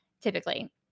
Typically